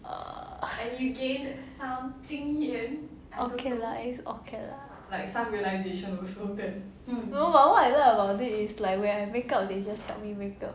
err okay lah it's okay lah no but what I like about it is like when I make-up they just help me make-up